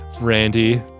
Randy